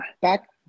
Back